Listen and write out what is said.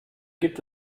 gibt